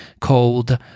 called